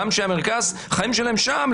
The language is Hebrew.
גם שהמרכז חיים שלהם שם,